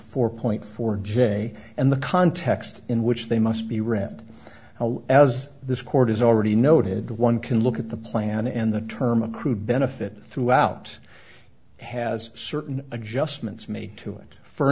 four point four j and the context in which they must be rammed as this court has already noted one can look at the plan and the term accrued benefit throughout has certain adjustments made to it for